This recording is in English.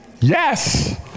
yes